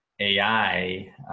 AI